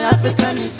African